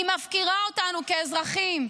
היא מפקירה אותנו כאזרחים.